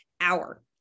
hour